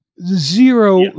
zero